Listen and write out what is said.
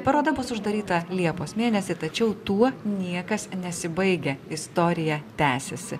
paroda bus uždaryta liepos mėnesį tačiau tuo niekas nesibaigia istorija tęsiasi